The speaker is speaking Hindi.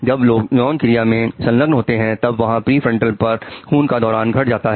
जब लोग यौन क्रिया में संलग्न होते हैं तब वहां प्रिफ्रंटल पर खून का दौरान घट जाता है